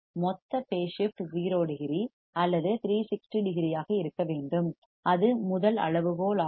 மொத்த phase shift 0 degree அல்லது 360 டிகிரியாக இருக்க வேண்டும் அது முதல் அளவுகோலாகும்